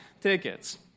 tickets